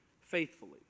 faithfully